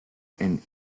and